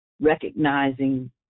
recognizing